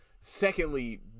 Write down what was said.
Secondly